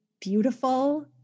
beautiful